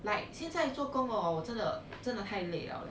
like 现在做工我我真的真的太累了